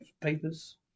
papers